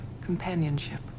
companionship